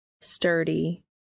sturdy